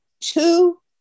two